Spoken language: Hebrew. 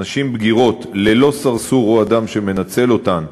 נשים בגירות ללא סרסור או אדם שמנצל אותן,